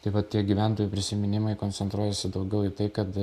tai va tie gyventojų prisiminimai koncentruojasi daugiau į tai kad